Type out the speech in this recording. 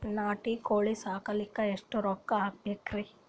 ನಾಟಿ ಕೋಳೀ ಸಾಕಲಿಕ್ಕಿ ಎಷ್ಟ ರೊಕ್ಕ ಹಾಕಬೇಕ್ರಿ?